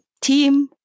team